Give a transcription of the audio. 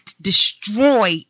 destroy